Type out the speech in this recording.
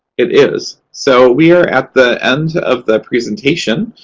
it is, so we are at the end of the presentation.